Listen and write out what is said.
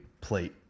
plate